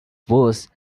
worse